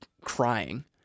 crying